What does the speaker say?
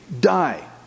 die